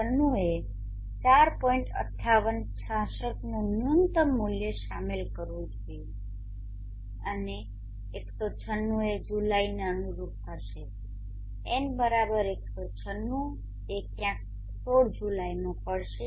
5866નુ ન્યૂનતમ મૂલ્ય શામેલ કરવું જોઈએ અને 196 એ જુલાઈને અનુરૂપ હશે N196 એ ક્યાંક 16 જુલાઈમાં પડશે